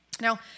Now